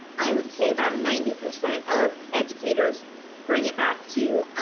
i would say about ninety percent of educators bring it back to